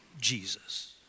Jesus